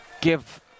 give